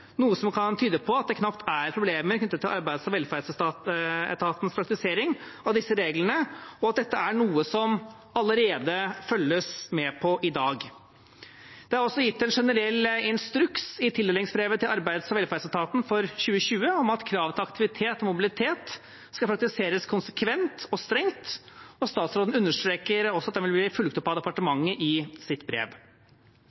noe som kan tyde på at det knapt er problemer knyttet til arbeids- og velferdsetatens praktisering av disse reglene, og at dette er noe som allerede følges med på i dag. Det er også gitt en generell instruks i tildelingsbrevet til arbeids- og velferdsetaten for 2020 om at kravet til aktivitet og mobilitet skal praktiseres konsekvent og strengt. Statsråden understreker også i sitt brev at det vil bli fulgt opp av